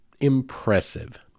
impressive